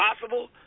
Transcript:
possible